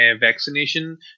Vaccination